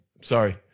Sorry